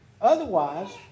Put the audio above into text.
Otherwise